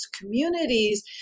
communities